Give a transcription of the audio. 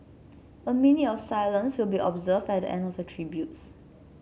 a minute of silence will be observed at the end of the tributes